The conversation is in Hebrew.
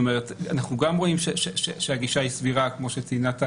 אנחנו גם רואים שהגישה היא סבירה, כמו שציינה טל.